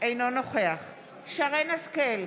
אינו נוכח שרן מרים השכל,